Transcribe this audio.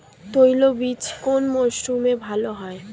তৈলবীজ কোন মরশুমে ভাল হয়?